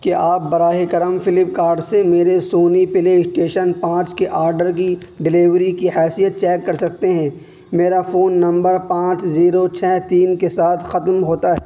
کیا آپ براہ کرم فلپکارٹ سے میرے سونی پلے اسٹیشن پانچ کے آرڈر کی ڈلیوری کی حیثیت چیک کر سکتے ہیں میرا فون نمبر پانچ زیرو چھ تین کے ساتھ ختم ہوتا